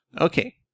Okay